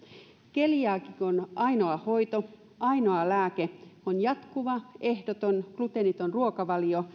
keliaakikon ainoa hoito ainoa lääke on jatkuva ehdoton gluteeniton ruokavalio